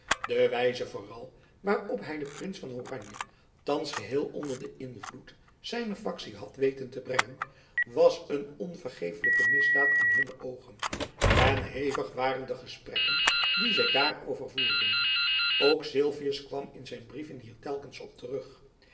de wijze vooral waarop hy den prins van oranje thands geheel onder den invloed zijner faktie had weten te brengen was een onvergeeflijke misdaad in hunne oogen en hevig waren de gesprekken die zy daarover voerden ook sylvius kwam in zijn brieven hier telkens op terug